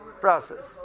process